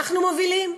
אנחנו מובילים.